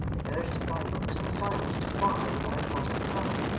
they urged him by looks and signs to fly without loss of time,